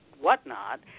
whatnot